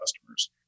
customers